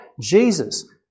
jesus